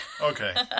Okay